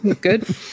good